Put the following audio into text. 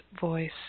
voice